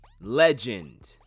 legend